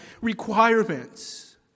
requirements